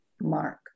mark